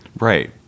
right